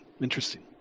Interesting